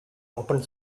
open